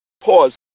Pause